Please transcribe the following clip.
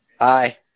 Hi